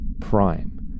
Prime